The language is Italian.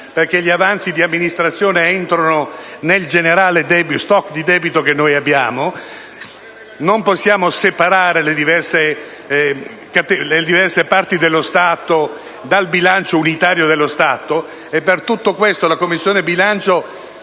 perché gli avanzi di amministrazione entrano nel generale *stock* di debito che abbiamo; non possiamo separare le diverse parti dello Stato dal bilancio unitario dello Stato. Per tutto questo, la Commissione bilancio